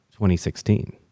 2016